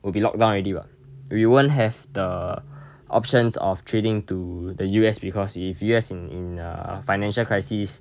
will be locked down already [what] we won't have the options of trading to the U_S because if U_S in in a financial crisis